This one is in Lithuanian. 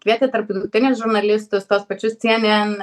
kvietė tarptautinius žurnalistus tuos pačius cnn